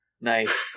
Nice